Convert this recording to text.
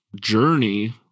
journey